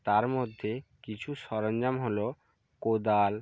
তার মধ্যে কিছু সরঞ্জাম হলো কোদাল